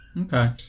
Okay